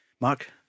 Mark